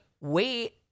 wait